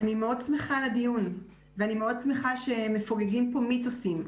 אני מאוד שמחה על הדיון ואני מאוד שמחה שמפוגגים פה מיתוסים,